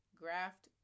graphed